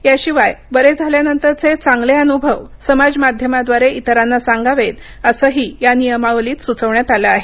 याशिवाय बरे झाल्यानंतरचे चांगले अनुभव समाजमध्यमाद्वारे इतरांना सांगावेत असंही या नियमावलीत सुचवण्यात आलं आहे